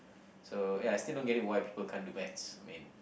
so ya I still don't get it why people can't do maths I mean